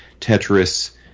tetris